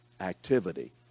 activity